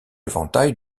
éventail